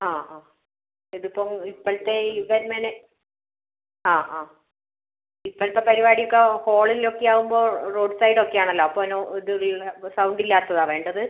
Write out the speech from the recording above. ആ ആ ഇതിപ്പോൾ ഇപ്പോഴത്തെ ഈ ഇവൻറ് മാനേജ് ആ ആ ഇപ്പോഴത്തെ പരിപാടിയൊക്കെ ഹോളിൽ ഒക്കെയാകുമ്പോൾ റോഡ്സൈഡ് ഒക്കെയാണല്ലോ അപ്പം അതിന് ഇത് സൗണ്ടില്ലാത്തതാണ് വേണ്ടത്